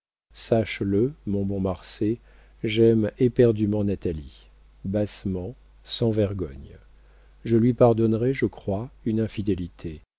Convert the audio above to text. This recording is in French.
elle sache-le mon bon marsay j'aime éperdument natalie bassement sans vergogne je lui pardonnerais je crois une infidélité